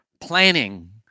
Planning